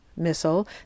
missile